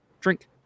drink